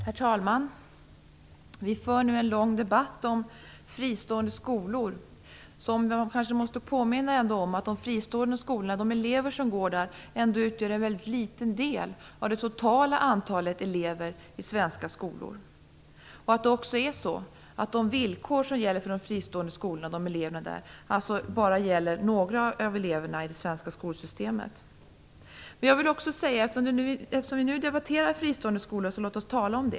Herr talman! Vi för nu en lång debatt om fristående skolor. Jag måste kanske påminna om att de elever som går i fristående skolor ändå utgör en väldigt liten del av det totala antalet elever i svenska skolor. De villkor som gäller för elever i fristående skolor gäller alltså bara några av eleverna i det svenska skolsystemet. Låt oss tala om fristående skolor eftersom vi nu debatterar det!